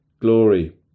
glory